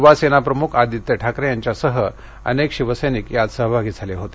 यूवासेना प्रमुख आदित्य ठाकरे यांच्यासह अनेक शिवसैनिक यात सहभागी झाले होते